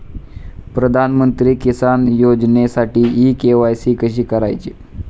प्रधानमंत्री किसान योजनेसाठी e KYC कशी करायची?